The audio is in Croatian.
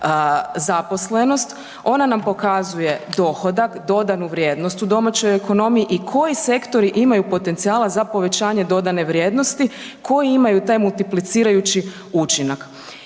zaposlenost, ona nam pokazuje dohodak, dodanu vrijednost u domaćoj ekonomiji i koji sektori imaju potencijala za povećanje dodane vrijednosti, koji imaju taj multiplicirajući učinak.